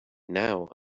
now